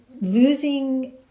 losing